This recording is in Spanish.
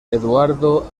eduardo